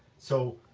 so,